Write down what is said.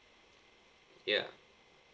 ya